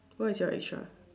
what's your extra